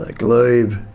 ah glebe,